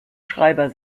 schreiber